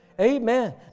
amen